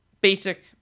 basic